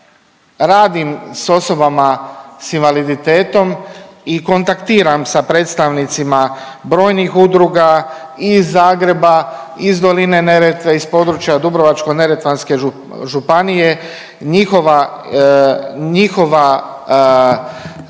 Radim s osobama s invaliditetom i kontaktiram sa predstavnicima brojnih udruga iz Zagreba, iz Doline Neretve, iz područja Dubrovačko-neretvanske županije. Njihova,